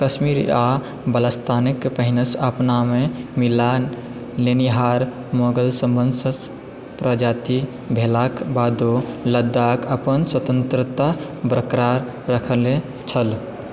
कश्मीर आओर बाल्टिस्तानके पहिनेसँ अपनामे मिला लेनिहार मोगलसभसँ पराजित भेलाके बादो लद्दाख अपन स्वतन्त्रता बरकरार रखने छल